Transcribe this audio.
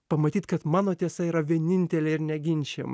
pamatyt kad mano tiesa yra vienintelė ir neginčijama